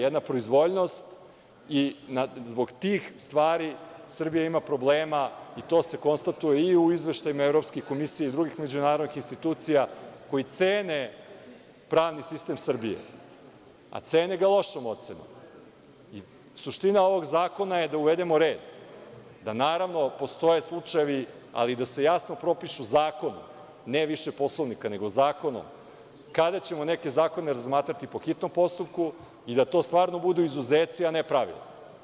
Jedna proizvoljnost i zbog tih stvari Srbija ima problema i to se konstatuje i u izveštajima Evropske komisije i drugih međunarodnih institucija koje cene pravni sistem Srbije, a cene ga lošom ocenom i suština ovog zakona je da uvedemo red, da naravno postoje slučajevi, ali da se jasno propišu zakonom, ne više Poslovnikom, nego zakonom kada ćemo neke zakone razmatrati po hitnom postupku i da to stvarno budu izuzeci, a ne pravila.